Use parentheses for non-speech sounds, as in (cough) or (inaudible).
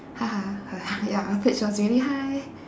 (laughs) her (noise) ya her pitch was really high